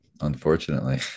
unfortunately